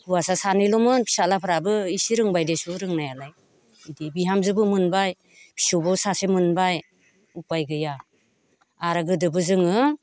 हौवासा सानैल'मोन फिसाज्लाफोराबो इसे रोंबाय देसु रोंनायालाय बिदि बिहामजोबो मोनबाय फिसौबो सासे मोनबाय उपाय गैया आरो गोदोबो जोङो